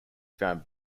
found